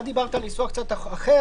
אתה דיברת על ניסוח קצת אחר,